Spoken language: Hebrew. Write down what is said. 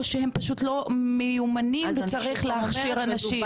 או שהם פשוט לא מיומנים וצריך להכשיר אנשים.